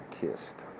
kissed